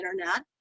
internet